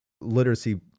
literacy